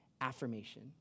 affirmation